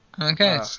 okay